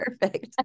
perfect